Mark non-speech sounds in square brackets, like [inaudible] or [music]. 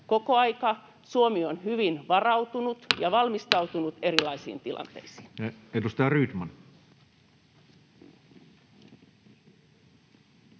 koko ajan. Suomi on hyvin varautunut [noise] ja valmistautunut erilaisiin tilanteisiin. Edustaja Rydman.